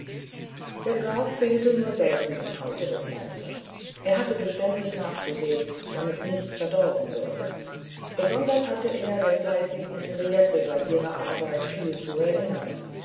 der graf fehlte nur selten im hause des meisters er hatte beständig nachzusehen damit nichts verdorben würde besonders hatte er der fleißigen henriette bei ihrer arbeit viel zu erinnern